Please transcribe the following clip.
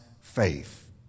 faith